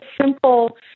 simple